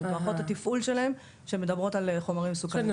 זאת אומרת מערכות התפעול שלהם שמדברות על חומרים מסוכנים.